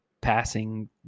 passing